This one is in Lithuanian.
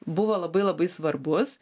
buvo labai labai svarbus